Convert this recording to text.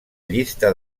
llista